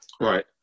Right